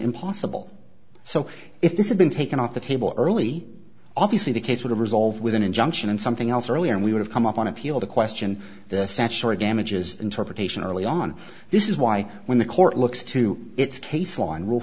impossible so if this had been taken off the table early obviously the case will resolve with an injunction and something else earlier we would have come up on appeal to question the statutory damages interpretation early on this is why when the court looks to its case on r